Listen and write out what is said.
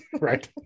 Right